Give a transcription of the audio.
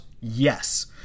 Yes